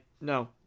no